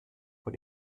über